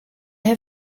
have